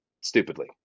stupidly